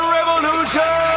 Revolution